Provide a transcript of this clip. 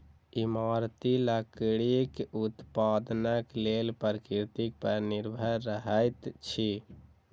इमारती लकड़ीक उत्पादनक लेल प्रकृति पर निर्भर रहैत छी